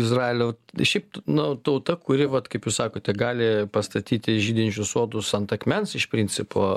izraelio šiaip nu tauta kuri vat kaip jūs sakote gali pastatyti žydinčius sodus ant akmens iš principo